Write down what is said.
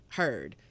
heard